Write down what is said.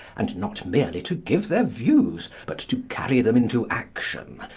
and not merely to give their views, but to carry them into action,